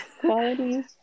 quality